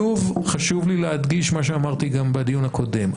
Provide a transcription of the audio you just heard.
שוב, חשוב לי להדגיש מה שאמרתי גם בדיון הקודם.